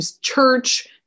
church